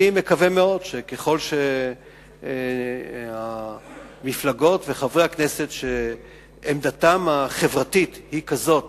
אני מקווה מאוד שככל שירבו המפלגות וחברי הכנסת שעמדתם החברתית היא כזאת